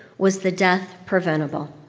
was the death preventable?